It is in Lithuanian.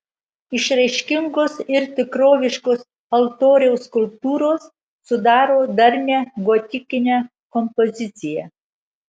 išraiškingos ir tikroviškos altoriaus skulptūros sudaro darnią gotikinę kompoziciją